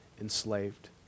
enslaved